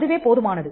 அதுவே போதுமானது